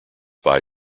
buy